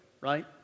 right